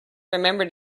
remember